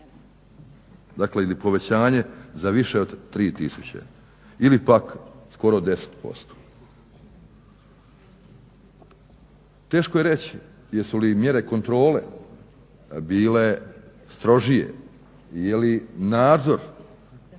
Dakle ili povećanje za više od tri tisuće ili pak skoro 10%. Teško je reći jesu li mjere kontrole bile strožije ili nadzor